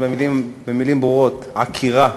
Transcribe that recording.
במילים ברורות, העקירה